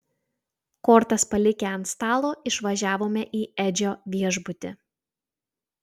kortas palikę ant stalo išvažiavome į edžio viešbutį